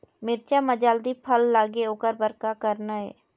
मिरचा म जल्दी फल लगे ओकर बर का करना ये?